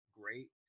great